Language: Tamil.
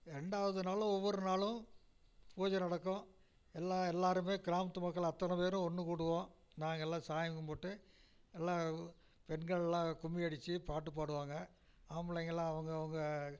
ரெண்டாவது நாளும் ஒவ்வொரு நாளும் பூஜை நடக்கும் எல்லா எல்லாருமே கிராமத்து மக்கள் அத்தனை பேரும் ஒன்று கூடுவோம் நாங்கள்லாம் சாமி கும்பிட்டு எல்லா உ பெண்கள்லாம் கும்மியடிச்சு பாட்டு பாடுவாங்க ஆம்பளைங்கள்லாம் அவங்கவுங்க